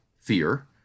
fear